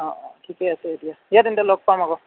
অঁ অঁ ঠিকে আছে দিয়া দিয়া তেন্তে লগ পাম আকৌ